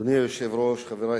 לשרת בשירות אזרחי.